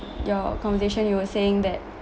your conversation you were saying that